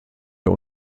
der